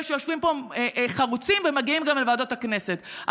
אלה שיושבים פה חרוצים ומגיעים גם לוועדות הכנסת,